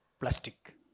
plastic